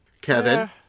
Kevin